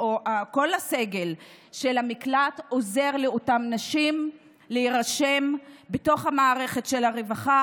או בעצם כל הסגל של המקלט עוזר לאותן נשים להירשם במערכת הרווחה,